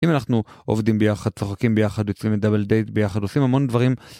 אם אנחנו עובדים ביחד, צוחקים ביחד, יוצאים לדאבל דייט ביחד, עושים המון דברים.